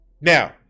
Now